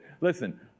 Listen